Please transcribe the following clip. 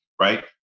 right